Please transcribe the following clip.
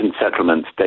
settlements